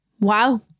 wow